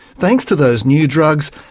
thanks to those new drugs,